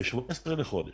ב-17 לחודש,